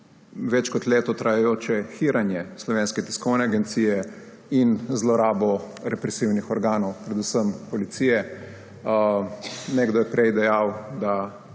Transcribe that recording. več kot leto trajajoče hiranje Slovenske tiskovne agencije in zlorabo represivnih organov, predvsem policije. Nekdo je prej dejal, da